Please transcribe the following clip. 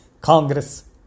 Congress